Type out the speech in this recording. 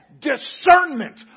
discernment